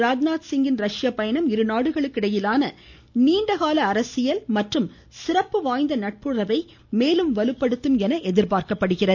ராஜ்நாத்சிங்கின் ரஷ்ய பயணம் இரு நாடுகளுக்கிடையிலனா நீண்ட கால அரசியல் மற்றும் சிறப்பு வாய்ந்த நட்புணர்வை மேலும் வலுப்படுத்தும் என எதிர்பார்க்கப்படுகிறது